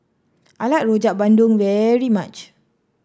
I like Rojak Bandung very much